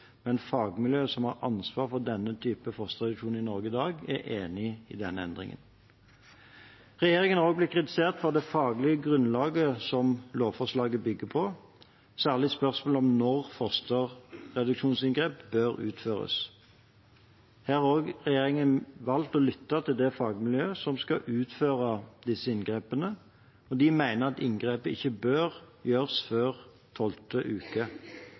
men fagmiljøet som har ansvar for denne typen fosterreduksjon i Norge i dag, er enig i denne endringen. Regjeringen er også blitt kritisert for det faglige grunnlaget som lovforslaget bygger på, særlig spørsmålet om når fosterreduksjonsinngrep bør utføres. Her har også regjeringen valgt å lytte til det fagmiljøet som skal utføre disse inngrepene, og de mener at inngrepet ikke bør gjøres før 12. uke.